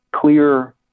clear